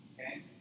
Okay